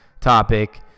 topic